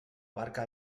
barca